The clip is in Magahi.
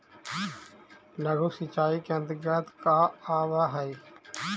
लघु सिंचाई के अंतर्गत का आव हइ?